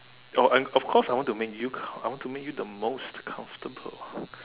oh and of course I want to make you I want to make you the most comfortable